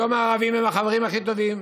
היום הערבים הם החברים הכי טובים.